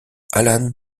alan